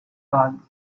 bugs